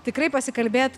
tikrai pasikalbėt